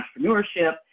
entrepreneurship